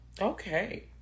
Okay